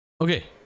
Okay